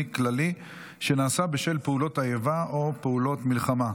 כללי שנעשה בשל פעולות האיבה או פעולות המלחמה),